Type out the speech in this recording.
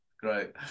great